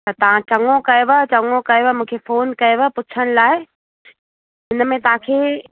त तव्हां चङो कयव चङो कयव मूंखे फ़ोन कयव पुछण लाइ इन में तव्हांखे